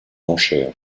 enchères